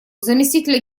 заместителя